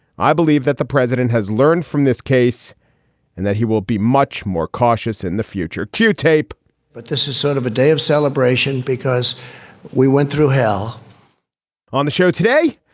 i believe that the president has learned from this case and that he will be much more cautious in the future. cue tape but this is sort of a day of celebration because we went through hell on the show today,